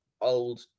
old